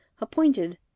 appointed